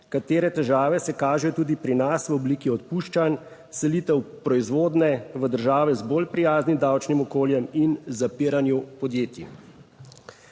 katere težave se kažejo tudi pri nas v obliki odpuščanj, selitev proizvodnje v države z bolj prijaznim davčnim okoljem in zapiranju podjetij.